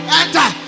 enter